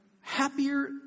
happier